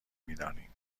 میدانیم